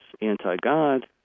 anti-God